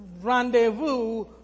rendezvous